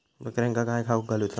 बकऱ्यांका काय खावक घालूचा?